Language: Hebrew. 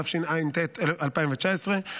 התשע"ט 2019,